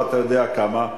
ואתה יודע כמה,